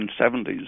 1970s